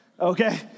okay